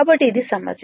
కాబట్టి ఇది సమస్య